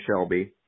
Shelby